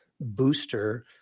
booster